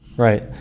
Right